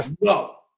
No